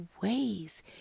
ways